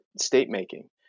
state-making